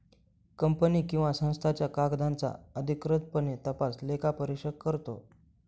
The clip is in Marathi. कंपनी किंवा संस्थांच्या कागदांचा अधिकृतपणे तपास लेखापरीक्षक करतो